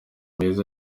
meza